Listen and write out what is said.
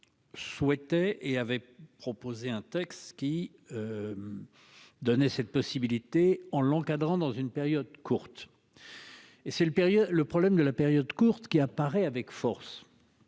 Souhaitait et avait proposé un texte qui. Donnait cette possibilité en l'encadrant dans une période courte. Et c'est le période le problème de la période courte qui apparaît avec force.